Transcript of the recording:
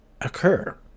occur